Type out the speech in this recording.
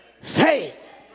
faith